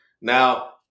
Now